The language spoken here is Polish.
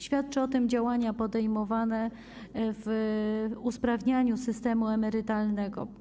Świadczą o tym działania podejmowane w celu usprawniania systemu emerytalnego.